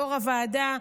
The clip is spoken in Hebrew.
יו"ר הוועדה.